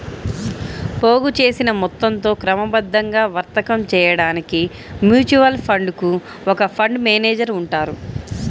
పోగుచేసిన మొత్తంతో క్రమబద్ధంగా వర్తకం చేయడానికి మ్యూచువల్ ఫండ్ కు ఒక ఫండ్ మేనేజర్ ఉంటారు